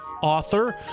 author